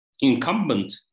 incumbent